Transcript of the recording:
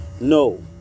No